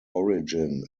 origin